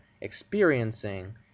experiencing